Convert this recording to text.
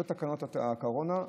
אלה תקנות הקורונה,